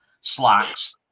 slacks